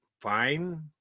fine